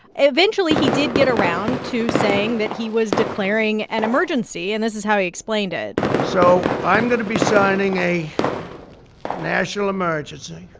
eventually, he did get around to saying that he was declaring an emergency, and this is how he explained it so i'm going to be signing a national emergency.